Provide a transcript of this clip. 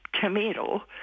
tomato